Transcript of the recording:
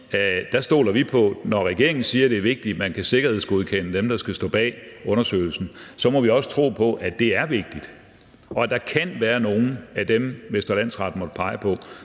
også sige, at når regeringen siger, at det er vigtigt, at man kan sikkerhedsgodkende dem, der skal stå bag undersøgelsen, må vi også tro på, at det er vigtigt; og at der kan være nogle af dem, Vestre Landsret måtte pege på,